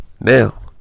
Now